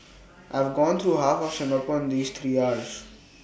I have gone through half of Singapore in these three hours